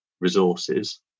resources